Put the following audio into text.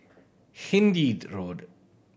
Hindhede Road